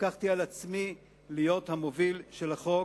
לקחתי על עצמי להיות המוביל של החוק,